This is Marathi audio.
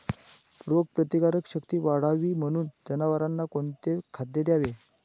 रोगप्रतिकारक शक्ती वाढावी म्हणून जनावरांना कोणते खाद्य द्यावे?